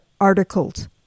articles